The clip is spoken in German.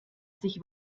sich